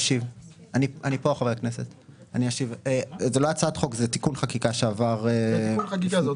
זה לא הצעת חוק, זה תיקון חקיקה שעבר.